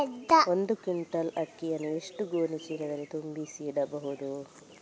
ಒಂದು ಕ್ವಿಂಟಾಲ್ ಅಕ್ಕಿಯನ್ನು ಎಷ್ಟು ಗೋಣಿಚೀಲದಲ್ಲಿ ತುಂಬಿಸಿ ಇಡಬಹುದು?